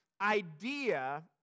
idea